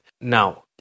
Now